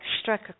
struck